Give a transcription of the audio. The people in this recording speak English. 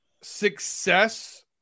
success